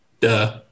Duh